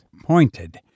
pointed